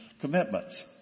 commitments